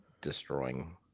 destroying